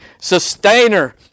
sustainer